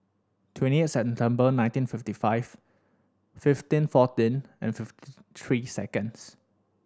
twenty eight September nineteen fifty five fifteen fourteen and fifty three seconds